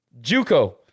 Juco